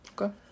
Okay